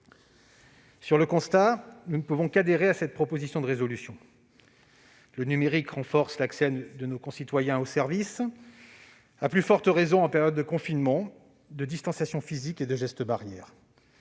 Sur le constat, nous ne pouvons qu'adhérer à cette proposition de résolution. Le numérique renforce l'accès de nos concitoyens aux services, à plus forte raison en période de confinement, de distanciation physique et de gestes barrières